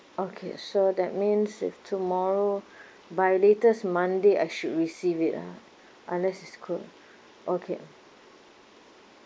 okay so that means if tomorrow by latest monday I should receive it ah ah that is cool okay